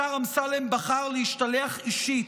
השר אמסלם בחר להשתלח אישית,